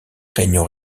réunions